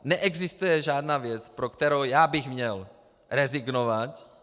Neexistuje žádná věc, pro kterou bych měl rezignovat.